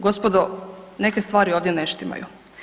Gospodo, neke stvari ovdje ne štimaju.